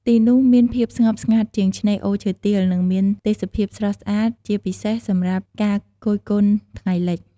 ទីនោះមានភាពស្ងប់ស្ងាត់ជាងឆ្នេរអូឈើទាល និងមានទេសភាពស្រស់ស្អាត ជាពិសេសសម្រាប់ការគយគន់ថ្ងៃលិច។